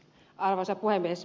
arvoisa puhemies